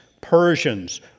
Persians